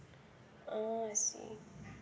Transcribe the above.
oh I see